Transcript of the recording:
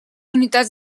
unitats